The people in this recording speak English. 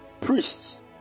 priests